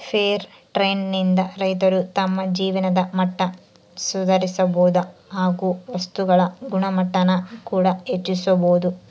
fair trade ನಿಂದ ರೈತರು ತಮ್ಮ ಜೀವನದ ಮಟ್ಟ ಸುಧಾರಿಸಬೋದು ಹಾಗು ವಸ್ತುಗಳ ಗುಣಮಟ್ಟಾನ ಕೂಡ ಹೆಚ್ಚಿಸ್ಬೋದು